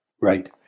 right